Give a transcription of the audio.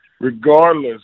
regardless